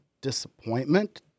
disappointment